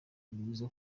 rwiza